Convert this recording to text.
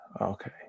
Okay